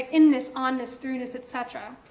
in-ness, on-ness, through-ness, et cetera.